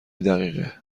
دقیقه